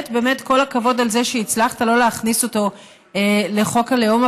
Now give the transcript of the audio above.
באמת כל הכבוד על זה שהצלחת לא להכניס אותו לחוק הלאום,